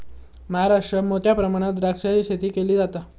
महाराष्ट्रात मोठ्या प्रमाणात द्राक्षाची शेती केली जाता